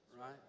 right